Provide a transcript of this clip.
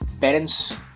parents